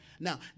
Now